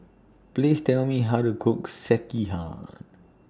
Please Tell Me How to Cook Sekihan